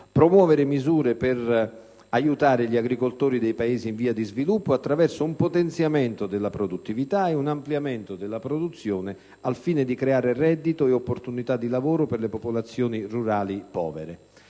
promuovere misure per aiutare gli agricoltori dei Paesi in via di sviluppo attraverso un potenziamento della produttività e un ampliamento della produzione al fine di creare reddito e opportunità di lavoro per le popolazioni rurali povere.